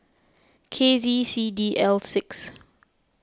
K Z C D L six